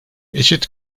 eşit